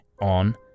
on